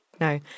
No